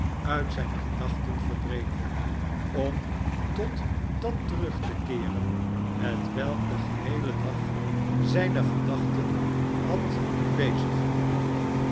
uit zijne gedachten verdreef om tot dat terug te keeren hetwelk den geheelen dag zijne gedachten had